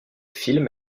film